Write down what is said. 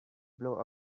blow